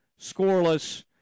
scoreless